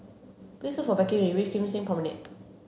please for Becky when you reach Kim Seng Promenade